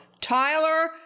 Tyler